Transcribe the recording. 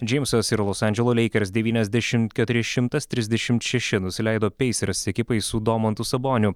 džeimsas ir los andželo lakers devyniasdešim keturi šimtas trisdešim šeši nusileido pacers ekipai su domantu saboniu